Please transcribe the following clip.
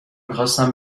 میخواستم